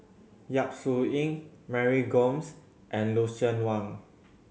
Yap Su Yin Mary Gomes and Lucien Wang